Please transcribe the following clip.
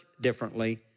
differently